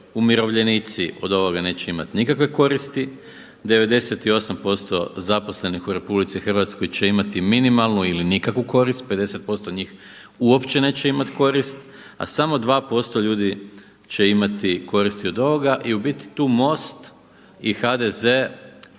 Umirovljenici od ovoga neće imati nikakve koristi, 98% zaposlenih u RH će imati minimalnu ili nikakvu korist, 50% njih uopće neće imati korist a samo 2% ljudi će imati koristi od ovoga. I u biti tu MOST i HDZ